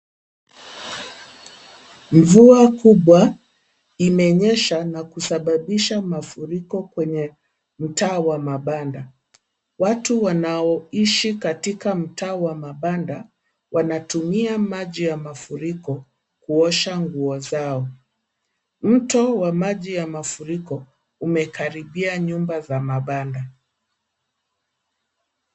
Mvua kubwa imenyesha na kusababisha mafuriko kwenye mtaa wa mabanda. Watu wanaoishi katika mtaa wa mabanda wanatumia maji ya mafuriko kuosha nguo zao. Mto wa maji ya mafuriko umekaribia nyumba za mabanda.